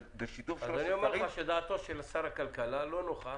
זה בשיתוף --- אז אני אומר לך שדעתו של שר הכלכלה לא נוחה